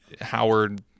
Howard